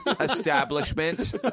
establishment